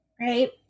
right